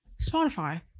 Spotify